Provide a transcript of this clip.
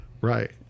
right